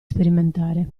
sperimentare